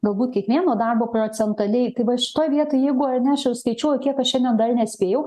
galbūt kiekvieno darbo procentaliai va šitoj vietoj jeigu ar ne aš jau skaičiuoju kiek aš šiandien dar nespėjau